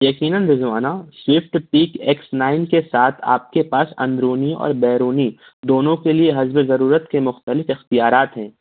یقیناً Rizwana shift pick X nine کے ساتھ آپ کے پاس اندرونی اور بیرونی دونوں کے لیے حسبِ ضرورت کے مختلف اختیارات ہیں